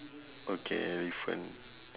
okay elephant